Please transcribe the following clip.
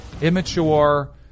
immature